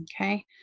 Okay